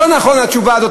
התשובה הזאת,